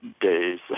Days